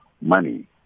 money